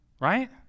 right